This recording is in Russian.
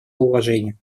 уважения